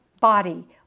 body